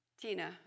Tina